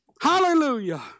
Hallelujah